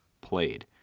played